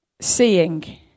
Seeing